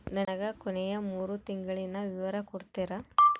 ನನಗ ಕೊನೆಯ ಮೂರು ತಿಂಗಳಿನ ವಿವರ ತಕ್ಕೊಡ್ತೇರಾ?